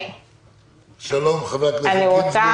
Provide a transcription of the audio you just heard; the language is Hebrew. שלום חבר הכנסת גינזבורג.